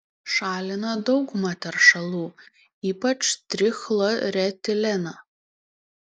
šalina daugumą teršalų ypač trichloretileną